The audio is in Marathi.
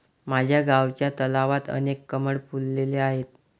माझ्या गावच्या तलावात अनेक कमळ फुलले आहेत